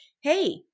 hey